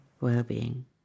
well-being